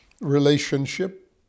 relationship